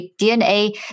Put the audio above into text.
DNA